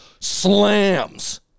slams